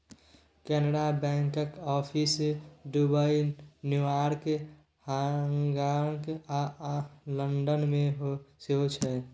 कैनरा बैंकक office Dubai, New York, हाँगकाँग आ लंदन मे सेहो छै